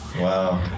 Wow